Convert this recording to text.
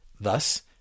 Thus